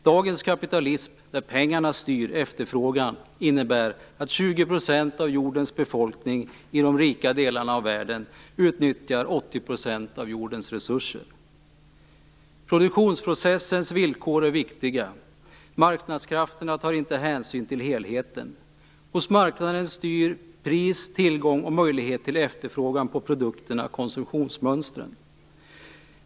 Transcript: Dagens kapitalism där pengarna styr efterfrågan innebär att 20 % av jordens befolkning i de rika delarna av världen utnyttjar 80 % av jordens resurser. Produktionsprocessens villkor är viktiga. Marknadskrafterna tar inte hänsyn till helheten. På marknaden styr pris, tillgång och möjligheter till efterfrågan på produkterna konsumtionsmönstren.